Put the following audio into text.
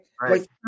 Right